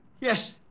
Yes